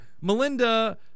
Melinda